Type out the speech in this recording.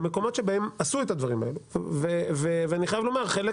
המקומות שבהם עשו את הדברים האלה ואני חייב לומר חלק